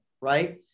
right